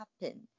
happen